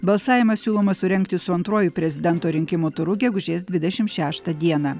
balsavimą siūloma surengti su antruoju prezidento rinkimų turu gegužės dvidešim šeštą dieną